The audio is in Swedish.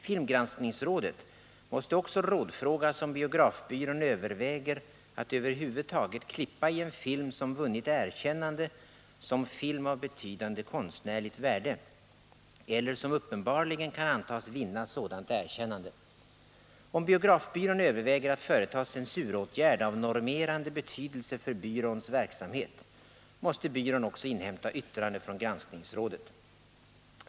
Filmgranskningsrådet måste också rådfrågas, om biografbyrån överväger att över huvud taget klippa i en film som vunnit erkännande som film av betydande konstnärligt värde eller som uppenbarligen kan antas vinna sådant erkännande. Om biografbyrån överväger att företa censuråtgärd av normerande betydelse för byråns verksamhet, måste byrån också inhämta yttrande från granskningsrådet.